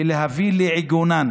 ולהביא לעיגונן